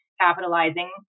capitalizing